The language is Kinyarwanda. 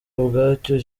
ubwacyo